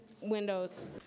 windows